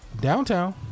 downtown